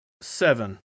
seven